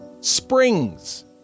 Springs